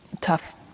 tough